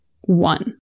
one